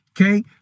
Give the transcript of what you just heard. Okay